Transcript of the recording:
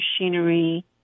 machinery